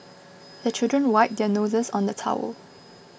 the children wipe their noses on the towel